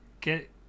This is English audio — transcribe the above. Get